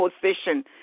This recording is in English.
position